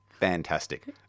fantastic